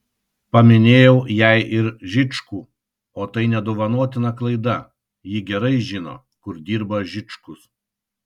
paminėjau jai ir žičkų o tai nedovanotina klaida ji gerai žino kur dirba žičkus